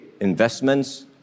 investments